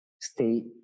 stay